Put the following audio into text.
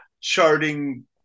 charting